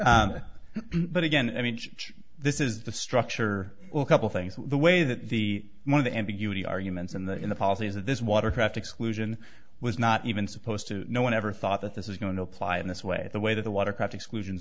blindness but again i mean this is the structure couple things the way that the one of the ambiguity arguments in the in the policy is that this watercraft exclusion was not even supposed to no one ever thought that this is going to apply in this way the way that the watercraft exclusion